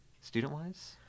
student-wise